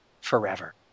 forever